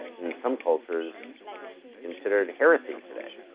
in some cultures considered heresy today.